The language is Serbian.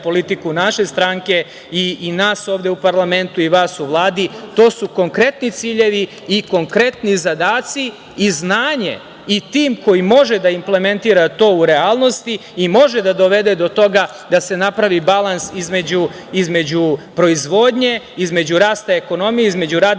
politiku naše stranke i nas ovde u parlamentu i vas u Vladi. To su konkretni ciljevi i konkretni zadaci i znanje i tim koji može da implementira to u realnosti i može da dovede do toga da se napravi balans između proizvodnje, između rasta ekonomije, između radnih